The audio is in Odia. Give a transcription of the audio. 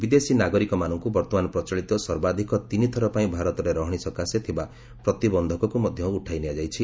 ବିଦେଶୀ ନାଗରିକମାନଙ୍କୁ ବର୍ତ୍ତମାନ ପ୍ରଚଳିତ ସର୍ବାଧିକ ତିନିଥର ପାଇଁ ଭାରତରେ ରହଣି ସକାଶେ ଥିବା ପ୍ରତିବନ୍ଧକକୁ ମଧ୍ୟ ଉଠାଇ ନିଆଯାଇଛି